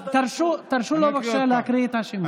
תרשו לו בבקשה להקריא את השמות.